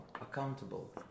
accountable